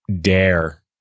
dare